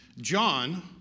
John